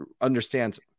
understands